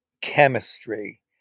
chemistry